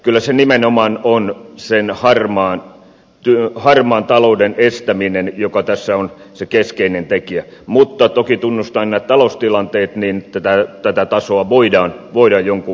kyllä se nimenomaan on sen harmaan talouden estäminen joka tässä on se keskeinen tekijä mutta toki tunnustan nämä taloustilanteet niin että tätä tasoa voidaan jonkin verran tarkistaa